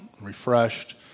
refreshed